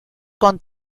con